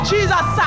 Jesus